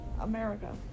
America